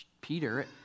Peter